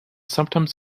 sometimes